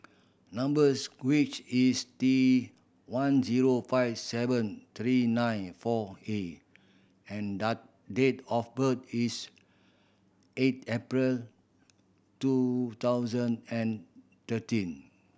number is T one zero five seven three nine four A and date of birth is eight April two thousand and thirteen